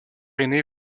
aîné